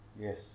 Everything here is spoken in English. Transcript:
Yes